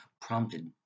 prompted